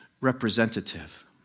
representative